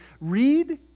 read